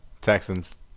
Texans